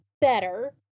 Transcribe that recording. better